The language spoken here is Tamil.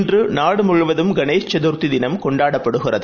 இன்றுநாடுமுழுவதும் கனேஷ் சதர்த்திதினம் கொண்டாடப்படுகிறது